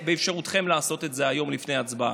באפשרותכם לעשות את זה היום לפני ההצבעה.